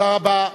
תודה רבה.